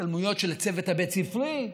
השתלמויות של הצוות הבית-ספרי,